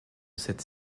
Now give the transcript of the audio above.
cette